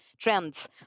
trends